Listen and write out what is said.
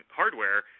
hardware